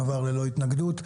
הוא עבר ללא התנגדות.